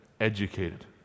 educated